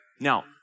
Now